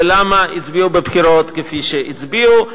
ולמה הצביעו בבחירות כפי שהצביעו.